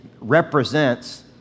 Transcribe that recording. represents